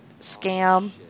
scam